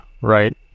right